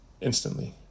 instantly